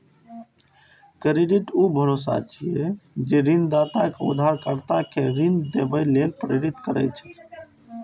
credit ऊ भरोसा छियै, जे ऋणदाता कें उधारकर्ता कें ऋण देबय लेल प्रेरित करै छै